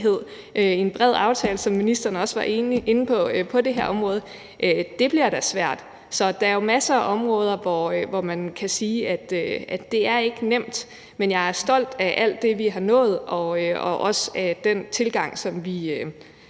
i en bred aftale på det her område, hvilket ministeren også var inde på, bliver da svært. Så der er jo masser af områder, hvor man kan sige, at det ikke er nemt. Men jeg er stolt af alt det, vi har nået, og også af den tilgang, som vi